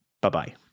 Bye-bye